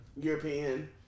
European